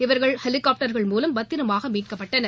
இவர்கள் ஹெலிகாப்டர்கள் மூலம் பத்திரமாக மீட்கப்பட்டனர்